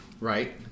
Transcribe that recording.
Right